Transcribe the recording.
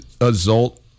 result